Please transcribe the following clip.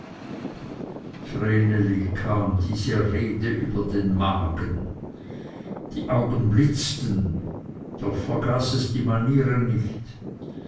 kam diese rede über den magen die augen blitzten doch vergaß es die manieren nicht